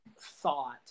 thought